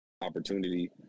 opportunity